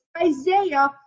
Isaiah